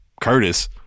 Curtis